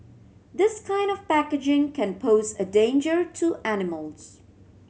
this kind of packaging can pose a danger to animals